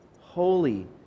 holy